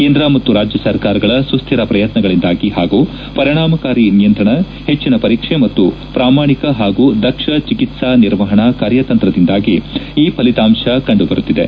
ಕೇಂದ್ರ ಮತ್ತು ರಾಜ್ಯ ಸರ್ಕಾರಗಳ ಸುಸ್ತಿರ ಪ್ರಯತ್ಯಗಳಿಂದಾಗಿ ಹಾಗೂ ಪರಿಣಾಮಕಾರಿ ನಿಯಂತ್ರಣ ಹೆಚ್ಚನ ಪರೀಕ್ಷೆ ಮತ್ತು ಪ್ರಾಮಾಣಿಕ ಹಾಗೂ ದಕ್ಷ ಚಿಕಿತ್ತಾ ನಿರ್ವಹಣಾ ಕಾರ್ಯತಂತ್ರದಿಂದಾಗಿ ಈ ಫಲಿತಾಂಶ ಕಂಡುಬರುತ್ತಿದೆ